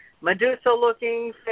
Medusa-looking